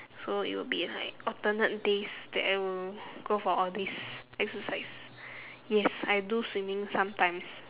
so it will be like alternate days that I will go for all this exercise yes I do swimming sometimes